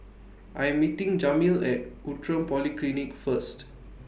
I'm meeting Jameel At Outram Polyclinic First